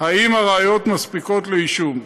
אם הראיות מספיקות לאישום.